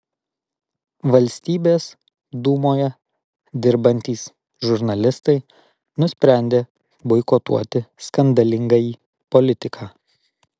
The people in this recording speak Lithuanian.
valstybės dūmoje dirbantys žurnalistai nusprendė boikotuoti skandalingąjį politiką